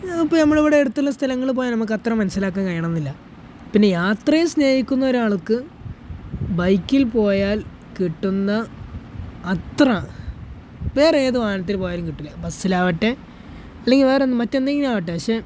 അപ്പോൾ നമ്മളിവിടെ അടുത്തുള്ള സ്ഥലങ്ങളിൽ പോയാൽ നമുക്കത്ര മനസ്സിലാക്കൻ കഴിയണം എന്നില്ല പിന്നെ യാത്രയെ സ്നേഹിക്കുന്ന ഒരാൾക്ക് ബൈക്കിൽ പോയാൽ കിട്ടുന്ന അത്ര വേറെ ഏത് വാഹനത്തിൽ പോയാലും കിട്ടില്ല ബസ്സിലാവട്ടെ അല്ലെങ്കിൽ വേറെ എന്ത് മറ്റെന്തെങ്കിലും ആവട്ടെ പക്ഷെ